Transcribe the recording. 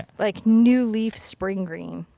like new leaf spring green.